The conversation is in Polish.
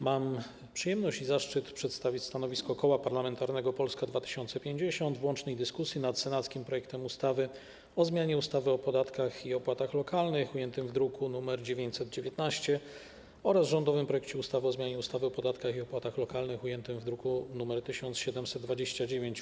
Mam przyjemność i zaszczyt przedstawić stanowisko Koła Parlamentarnego Polska 2050 w łącznej dyskusji nad senackim projektem ustawy o zmianie ustawy o podatkach i opłatach lokalnych ujętym w druku nr 919 oraz rządowym projektem ustawy o zmianie ustawy o podatkach i opłatach lokalnych ujętym w druku nr 1729.